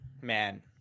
man